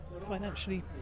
financially